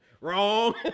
Wrong